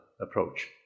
approach